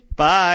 Bye